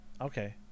Okay